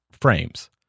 frames